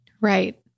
Right